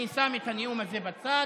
אני שם את הנאום הזה בצד.